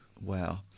Wow